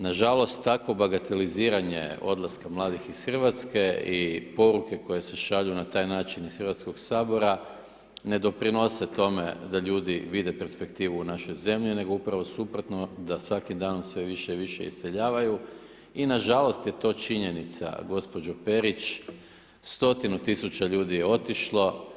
Nažalost, takvo bagateliziranje odlaska mladih iz Hrvatske i poruke koje se šalju na taj način iz Hrvatskog sabora ne doprinose tome, da ljude vide perspektivu u našoj zemlji, nego upravo suprotno, da svakim danom sve više i više iseljavaju, i nažalost je to činjenica, gospođa Perić, stotinu tisuća ljudi je otišlo.